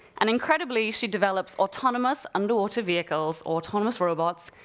and incredibly, she develops autonomous underwater vehicles, or autonomous robots,